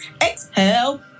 exhale